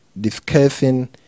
discussing